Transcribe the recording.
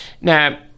Now